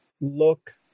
look